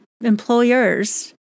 employers